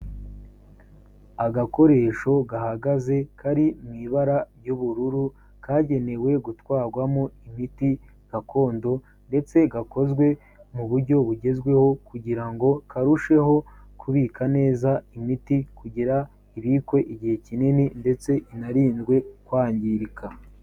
Agakoresho gahagaze kari mu ibara ry'ubururu kagenewe gutwarwamo imiti gakondo ndetse gakozwe mu buryo bugezweho kugira ngo karusheho kubika neza imiti, kugira ibikwe igihe kinini ndetse inarindwe kwangirika.